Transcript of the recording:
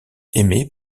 aimée